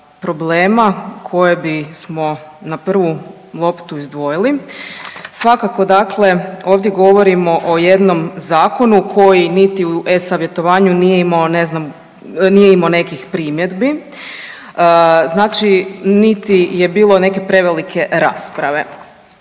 problema koje bismo na prvu loptu izdvojili. Svakako dakle ovdje govorimo o jednom zakonu koji niti u e-Savjetovanju nije imao ne znam, nije imao nekih primjedbi, znači niti je bilo neke prevelike rasprave.